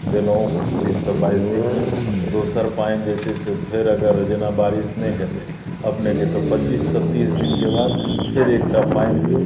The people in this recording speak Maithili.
देनौं बीससँ बाइस दिनमे दोसर पानि जे छै से फेर अगर जेना बारिस नहि हेतै अपनेके तऽ पच्चीस सँ तीस दिनके बाद फेर एक बेर एकटा पानि दियौ